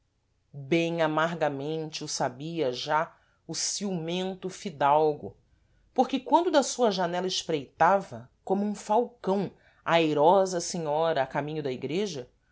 bem amargamente o sabia já o ciumento fidalgo porque quando da sua janela espreitava como um falcão a airosa senhora a caminho da igreja